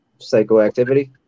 Psychoactivity